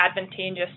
advantageous